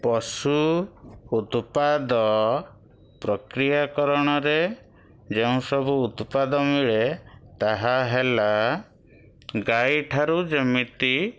ପଶୁ ଉତ୍ପାଦ ପ୍ରକ୍ରିୟାକରଣ ରେ ଯେଉଁ ସବୁ ଉତ୍ପାଦ ମିଳେ ତାହା ହେଲା ଗାଈ ଠାରୁ ଯେମିତି